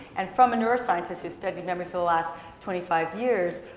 and from a neuroscientist who studied memory for the last twenty five years,